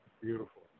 Beautiful